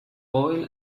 oil